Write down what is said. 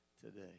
today